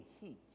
heat